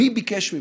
מי ביקש ממך?